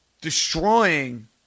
destroying